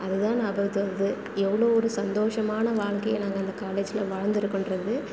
அதுதான் ஞாபகத்துக்கு வருது எவ்வளோ ஒரு சந்தோஷமான வாழ்க்கையை நாங்கள் அந்த காலேஜ்ல வாழ்ந்திருக்கோன்றது